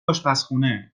اشپزخونه